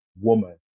woman